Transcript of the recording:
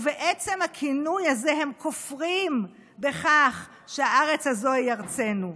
ובעצם הכינוי הזה הם כופרים בכך שהארץ הזו היא ארצנו,